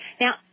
Now